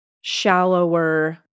shallower